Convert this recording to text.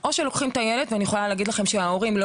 כשהילדים קטנים אז ההורים מסיעים אותם,